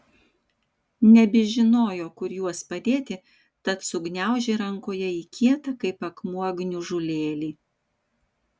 nebežinojo kur juos padėti tad sugniaužė rankoje į kietą kaip akmuo gniužulėlį